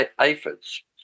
aphids